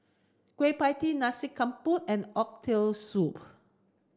Kueh Pie Tee Nasi Campur and Oxtail Soup